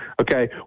Okay